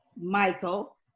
Michael